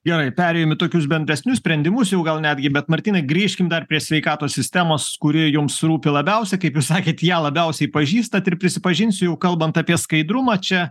gerai perėjom į tokius bendresnius sprendimus jau gal netgi bet martynai grįžkim dar prie sveikatos sistemos kuri jums rūpi labiausiai kaip jūs sakėt ją labiausiai pažįstat ir prisipažinsiu jau kalbant apie skaidrumą čia